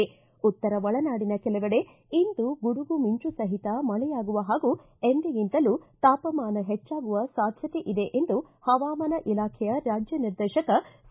ಉತ್ತರ ಒಳನಾಡಿನ ಕೆಲವೆಡೆ ಇಂದು ಗುಡುಗು ಮಿಂಚು ಸಹಿತ ಮಳೆಯಾಗುವ ಹಾಗೂ ಎಂದಿಗಿಂತಲೂ ತಾಪಮಾನ ಹೆಚ್ಚಾಗುವ ಸಾಧ್ವತೆ ಇದೆ ಎಂದು ಹವಾಮಾನ ಇಲಾಖೆ ರಾಜ್ಯ ನಿರ್ದೇಶಕ ಸಿ